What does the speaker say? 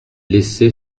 laissait